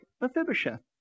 Mephibosheth